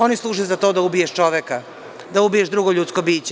Oni služe za to da ubiješ čoveka, da ubiješ drugo ljudsko biće.